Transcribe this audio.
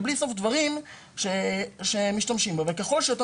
באין סוף דברים שמשתמשים בה וככל שיותר